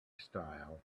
style